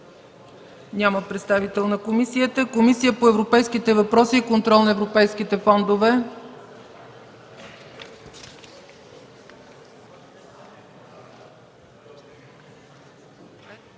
Няма представител на комисията. С доклада на Комисията по европейските въпроси и контрол на европейските фондове